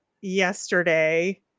yesterday